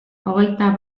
hogeita